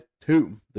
two